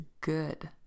good